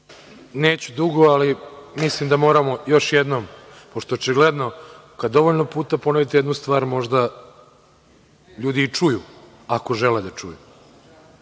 Neću dugo, ali misli da moramo još jednom, pošto očigledno kada dovoljno puta ponovite jednu stvar možda ljudi i čuju, ako žele da čuju. Na